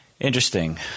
Interesting